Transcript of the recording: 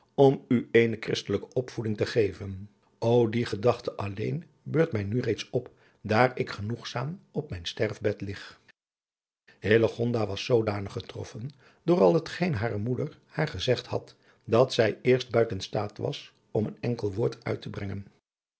om u eene christelijke opvoeding te geven o die gedachte alleen beurt mij nu reeds op daar ik genoegzaam op mijn sterfbed lig hillegonda was zoodanig getroffen door al het geen hare moeder haar gezegd had dat zij eerst buiten staat was om een enkel woord uit te brengen